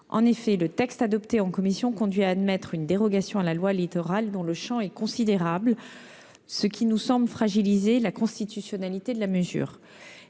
En effet, le texte adopté en commission conduit à admettre une dérogation à la loi Littoral dont le champ est considérable, ce qui nous semble fragiliser la constitutionnalité de la mesure.